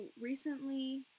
recently